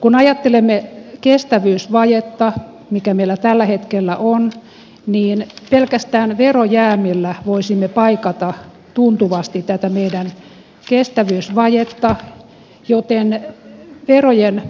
kun ajattelemme kestävyysvajetta mikä meillä tällä hetkellä on niin pelkästään verojäämillä voisimme paikata tuntuvasti tätä meidän kestävyysvajettamme joten verojen